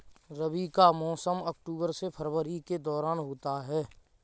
रबी का मौसम अक्टूबर से फरवरी के दौरान होता है